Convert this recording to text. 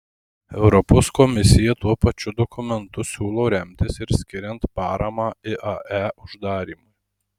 europos komisija tuo pačiu dokumentu siūlo remtis ir skiriant paramą iae uždarymui